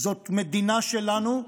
זאת המדינה שלנו,